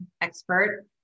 expert